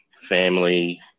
family